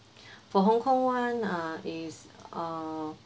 for Hong-Kong one ah is uh